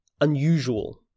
unusual